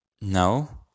No